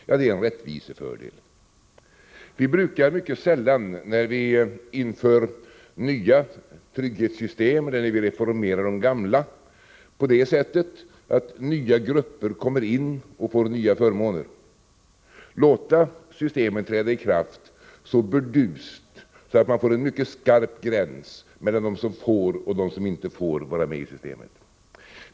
Ja, det är en rättvisefördel. Vi brukar mycket sällan, när vi inför nya trygghetssystem eller reformerar de gamla på det sättet att nya grupper kommer in och får nya förmåner, låta systemet träda i kraft så burdust att man får en mycket skarp gräns mellan dem som får och dem som inte får vara med i systemet.